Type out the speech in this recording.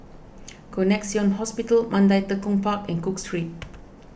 Connexion Hospital Mandai Tekong Park and Cook Street